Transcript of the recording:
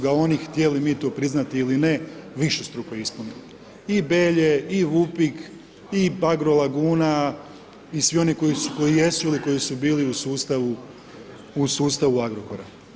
ga oni htjeli mi to priznati ili ne, višestruko ispunili i Belje i Vupik i Bagro laguna i svi oni koji jesu ili koji su bili u sustavu Agrokora.